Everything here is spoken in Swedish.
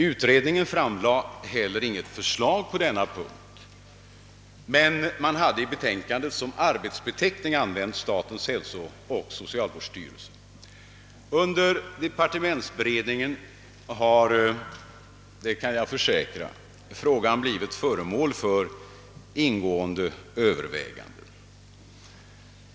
Utredningen framlade inte heller något förslag på denna punkt, men man hade i betänkandet som arbetsbeteckning använt »statens hälsooch socialvårdsstyrelse». Under departementsberedningen har — det kan jag försäkra — frågan blivit föremål för ingående överväganden.